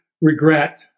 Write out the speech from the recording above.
regret